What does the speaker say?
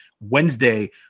Wednesday